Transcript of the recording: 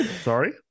Sorry